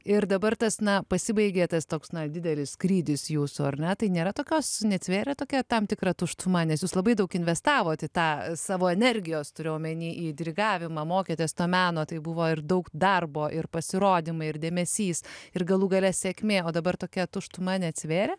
ir dabar tas na pasibaigė tas toks didelis skrydis jūsų ar ne tai nėra tokios netvėrė tokia tam tikra tuštuma nes jūs labai daug investavot į tą savo energijos turiu omeny dirigavimą mokėtės to meno tai buvo ir daug darbo ir pasirodymai ir dėmesys ir galų gale sėkmė o dabar tokia tuštuma neatsvėrė